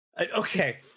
Okay